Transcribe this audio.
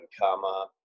comma